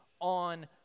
on